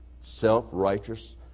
self-righteous